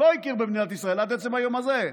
לא הכיר במדינת ישראל עד עצם היום הזה,